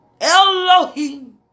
Elohim